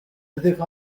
hedefi